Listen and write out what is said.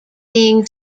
being